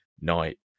night